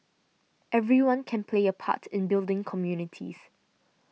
everyone can play a part in building communities